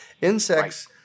insects